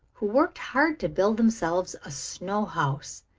who worked hard to build themselves a snow house.